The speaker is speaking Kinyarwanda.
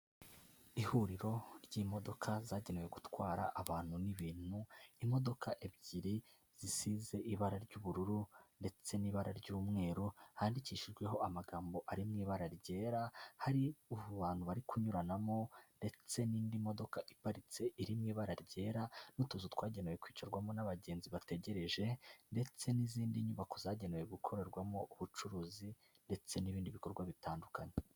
Ihuriro ry'imodoka zagenewe gutwara abantu n'ibintu, imodoka ebyiri zisize ibara ry'ubururu ndetse n'ibara ry'umweru handikishijweho amagambo ari mu ibara ryera, hari bantu bari kunyuranamo ndetse n'indi modoka iparitse iri mu ibara ryera n'utuzu twagenewe kwicarwamo n'abagenzi bategereje ndetse n'izindi nyubako zagenewe gukorerwamo ubucuruzi ndetse n'ibindi bikorwa bitandukanye.